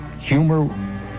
humor